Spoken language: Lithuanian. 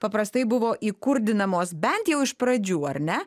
paprastai buvo įkurdinamos bent jau iš pradžių ar ne